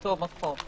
אותו מקום.